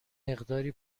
مقداری